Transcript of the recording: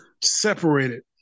separated